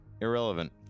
Irrelevant